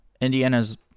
Indiana's